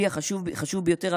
כלי חשוב ביותר,